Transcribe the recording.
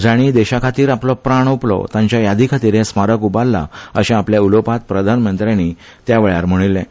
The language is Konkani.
जांणी देशा खातीर आपलो प्राण ओपलो तांचे यादी खातीर हें स्मारक उबारलां अशें आपल्या उलोवपांत प्रधानमंत्री मोदी हांणी म्हणिल्लें